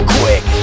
quick